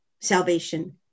salvation